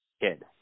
kid